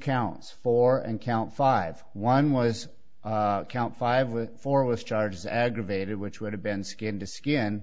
counts for and count five one was count five four was charges aggravated which would have been skin to skin